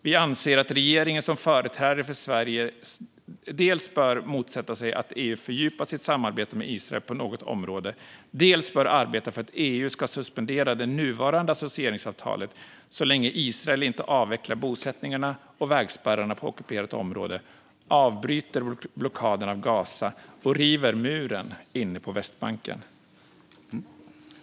Vi anser att regeringen som företrädare för Sverige dels bör motsätta sig att EU fördjupar sitt samarbete med Israel på något område, dels bör arbeta för att EU ska suspendera det nuvarande associeringsavtalet så länge Israel inte avvecklar bosättningarna och vägspärrarna på ockuperat område, avbryter blockaden av Gaza och river muren inne på Västbanken.